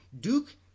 Duke